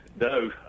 no